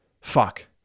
Fuck